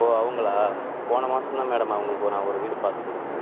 ஓ அவங்களா போன மாதம் தான் மேடம் அவங்களுக்கு நான் ஒரு வீடு பார்த்து கொடுத்தேன்